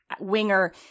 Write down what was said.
winger